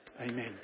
Amen